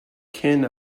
kin